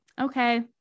okay